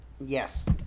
Yes